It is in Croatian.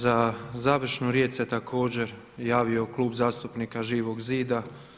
Za završnu riječ se također javio Klub zastupnika Živog zida.